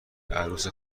عروس